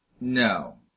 No